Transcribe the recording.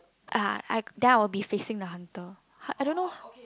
ah ah then I will be facing the hunter I don't know